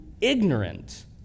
ignorant